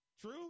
True